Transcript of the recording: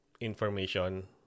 information